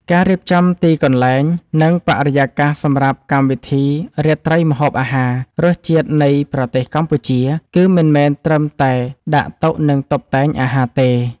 ការរៀបចំទីកន្លែង និងបរិយាកាសសម្រាប់កម្មវិធីរាត្រីម្ហូបអាហារ “រសជាតិនៃប្រទេសកម្ពុជា” គឺមិនមែនត្រឹមតែដាក់តុ និងតុបតែងអាហារទេ